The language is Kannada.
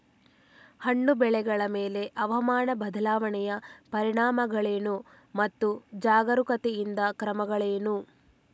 ಹಣ್ಣು ಬೆಳೆಗಳ ಮೇಲೆ ಹವಾಮಾನ ಬದಲಾವಣೆಯ ಪರಿಣಾಮಗಳೇನು ಮತ್ತು ಜಾಗರೂಕತೆಯಿಂದ ಕ್ರಮಗಳೇನು?